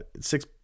six